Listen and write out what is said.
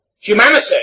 humanity